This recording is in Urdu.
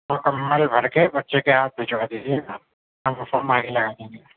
مکمل بھر کے بچے کے ہاتھ بھیجوا دیجیے گا ہم وہ فارم آگے لگا دیں گے